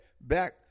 back